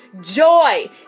joy